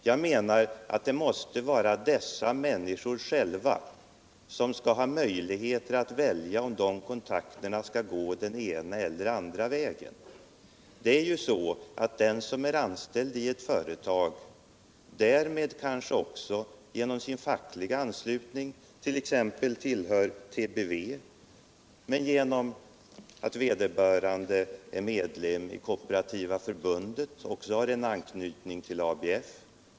Jag anser att dessa människor själva skall ha möjlighet att välja om de kontakterna skall gå den ena eller den andra vägen. Det är ju så att den som är anställd i ett företag genom sin fackliga anslutning kan tillhöra exempelvis TBV. Om vederbörande är medlem i Kooperativa förbundet har han också anknytning till ABF.